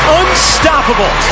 unstoppable